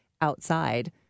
outside